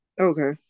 Okay